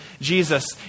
Jesus